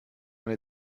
when